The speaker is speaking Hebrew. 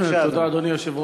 בבקשה, אדוני.